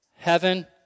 heaven